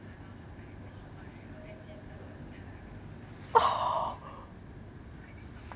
oh